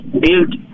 build